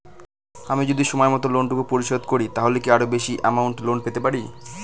আমি যদি সময় মত লোন টুকু পরিশোধ করি তাহলে কি আরো বেশি আমৌন্ট লোন পেতে পাড়ি?